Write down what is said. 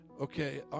Okay